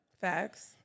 Facts